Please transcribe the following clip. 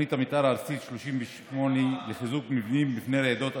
תוכנית המתאר הארצית 38 לחיזוק מבנים מפני רעידות אדמה,